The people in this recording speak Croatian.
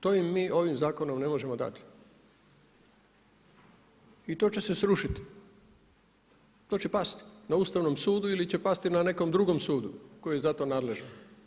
To im mi ovim zakonom ne možemo dati i to će se srušiti, to će pasti na Ustavnom sudu ili će pasti na nekom drugom sudu koji je za to nadležan.